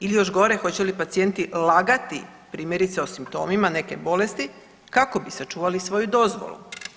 Ili još gore hoće li pacijenti lagati primjerice o simptomima neke bolesti kako bi sačuvali svoju dozvolu.